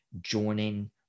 joining